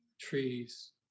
trees